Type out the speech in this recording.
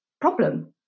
problem